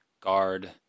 guard